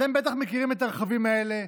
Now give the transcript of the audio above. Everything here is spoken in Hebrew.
אתם בטח מכירים את הרכבים האלה,